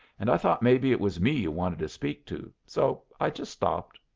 and i thought maybe it was me you wanted to speak to, so i just stopped.